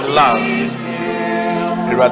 love